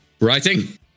writing